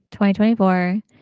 2024